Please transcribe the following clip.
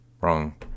Wrong